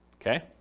okay